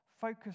focus